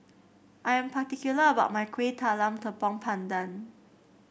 I am particular about my Kuih Talam Tepong Pandan